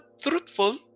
truthful